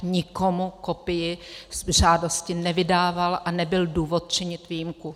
Nikomu kopii žádosti nevydával a nebyl důvod činit výjimku.